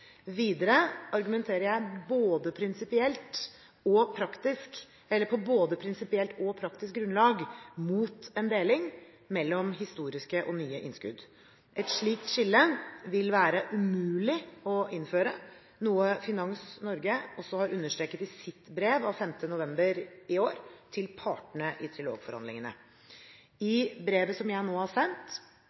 Videre argumenterer jeg på både prinsipielt og praktisk grunnlag mot en deling mellom historiske og nye innskudd. Et slikt skille vil være umulig å innføre, noe Finans Norge også har understreket i sitt brev av 5. november i år til partene i trilogforhandlingene. I brevet som jeg nå har sendt,